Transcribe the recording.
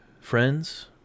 friends